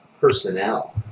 personnel